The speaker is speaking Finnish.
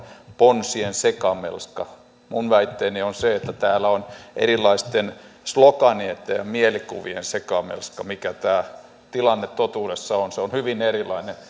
ponsien sekamelska minun väitteeni on se että täällä on erilaisten sloganeitten ja mielikuvien sekamelska mikä mikä tämä tilanne totuudessa on se on hyvin erilainen